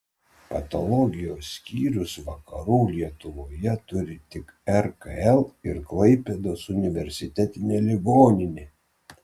patologijos skyrius vakarų lietuvoje turi tik rkl ir klaipėdos universitetinė ligoninė